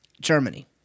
Germany